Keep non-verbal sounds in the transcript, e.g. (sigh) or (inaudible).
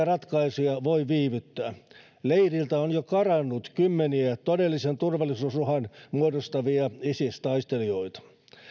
(unintelligible) ratkaisuja voi viivyttää leiriltä on jo karannut kymmeniä todellisen turvallisuusuhan muodostavia isis taistelijoita